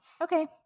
Okay